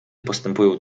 postępują